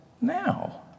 now